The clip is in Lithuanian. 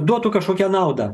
duotų kažkokią naudą